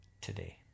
today